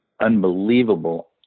unbelievable